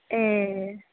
ए